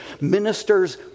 Ministers